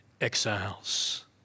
exiles